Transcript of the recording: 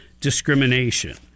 discrimination